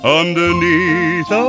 underneath